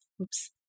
Oops